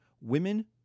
Women